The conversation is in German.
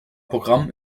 programm